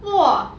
!wah!